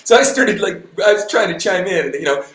so i started like i was trying to chime in, you know,